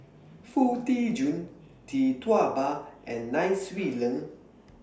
Foo Tee Jun Tee Tua Ba and Nai Swee Leng